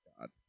God